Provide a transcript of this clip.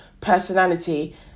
personality